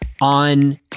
on